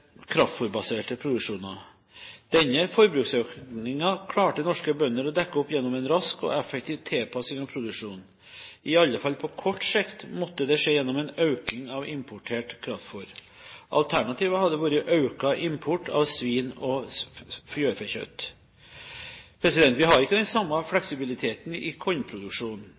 kraftfôrbaserte produksjoner. Denne forbruksøkningen klarte norske bønder å dekke opp gjennom en rask og effektiv tilpasning av produksjonen. I alle fall på kort sikt måtte det skje gjennom en økning av importert kraftfôr. Alternativet hadde vært økt import av svin og fjørfekjøtt. Vi har ikke den samme fleksibiliteten i kornproduksjonen.